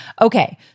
Okay